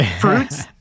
Fruits